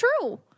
true